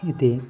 इति